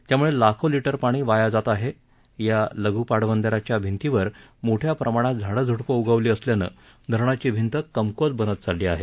त्यामुळे लाखो लिटर पाणी वाया जात आहे या लघू पाटबंधाऱ्याच्या भिंतीवर मोठ्या प्रमाणात झाडं झुडपं उगवली असल्यानं धरणाची भिंत कमकुवत बनत चालली आहे